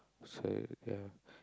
sad ya